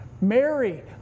Mary